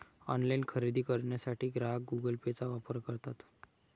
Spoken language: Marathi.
ऑनलाइन खरेदी करण्यासाठी ग्राहक गुगल पेचा वापर करतात